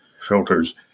filters